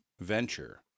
venture